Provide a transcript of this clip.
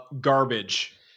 Garbage